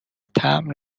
طعم